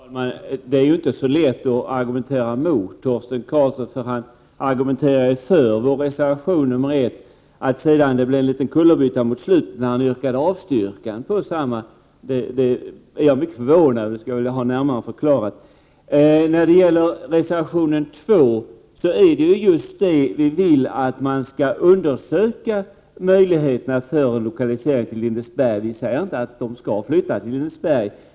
Herr talman! Det är inte så lätt att argumentera emot Torsten Karlsson eftersom han argumenterar för reservation 1. Jag är mycket förvånad över att det sedan blev en kullerbytta mot slutet när han yrkade avslag på samma reservation. Jag skulle vilja ha en förklaring till detta. När det gäller reservation 2 vill vi just att man skall undersöka möjligheterna för en lokalisering till Lindesberg. Vi säger inte att skatteförvaltningarna skall flytta till Lindesberg.